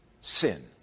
sin